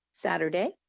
Saturday